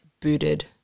booted